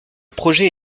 projet